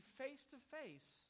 face-to-face